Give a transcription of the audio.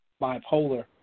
bipolar